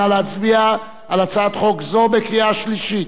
נא להצביע על הצעת חוק זו בקריאה שלישית.